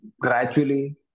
gradually